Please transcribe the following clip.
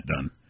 done